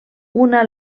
una